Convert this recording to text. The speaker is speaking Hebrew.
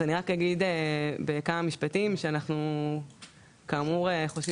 אז אני רק אגיד בכמה משפטים שאנחנו כאמור חושבים